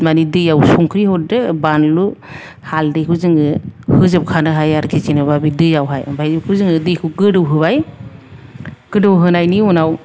माने दैयाव संख्रि हरदो बानलु हालदैखौ जोङो होजोबखानो हायो आरोखि जेनोबा बे दैयावहाय ओमफ्राय बेखौ जोङो दैखौ गोदौहोबाय गोदौहोनायनि उनाव